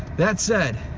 that said,